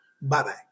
Bye-bye